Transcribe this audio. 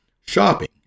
Shopping